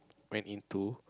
went into